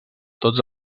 tots